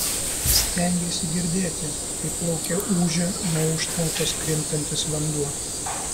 stengėsi girdėti kaip lauke ūžia nuo užtvankos krintantis vanduo